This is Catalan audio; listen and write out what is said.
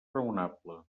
raonable